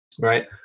right